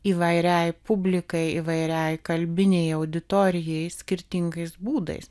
įvairiai publikai įvairiai kalbinei auditorijai skirtingais būdais